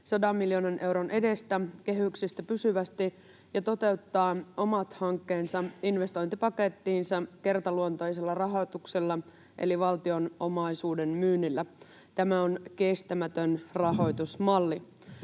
100 miljoonan euron edestä kehyksestä pysyvästi ja toteuttaa omat hankkeensa investointipakettiinsa kertaluontoisella rahoituksella eli valtion omaisuuden myynnillä. Tämä on kestämätön rahoitusmalli.